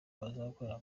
bazakorera